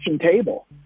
table